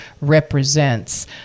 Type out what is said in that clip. represents